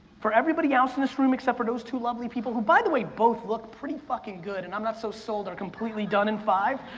for everybody else in this room except for those two lovely people, who by the way both look pretty fucking good, and i'm not so sold on completely done in five,